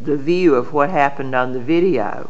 the view of what happened on the video